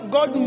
God